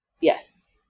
Yes